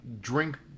drink